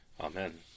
Amen